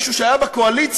מישהו שהיה בקואליציה,